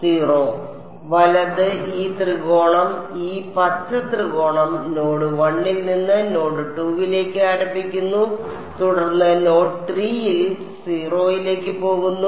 0 വലത് ഈ ത്രികോണം ഈ പച്ച ത്രികോണം നോഡ് 1 ൽ നിന്ന് നോഡ് 2 ലേക്ക് ആരംഭിക്കുന്നു തുടർന്ന് നോഡ് 3 ൽ 0 ലേക്ക് പോകുന്നു